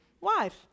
wife